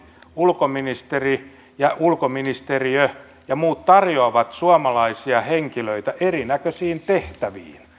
ulkoministeri ulkoministeriö ja muut tarjoavat suomalaisia henkilöitä erinäköisiin tehtäviin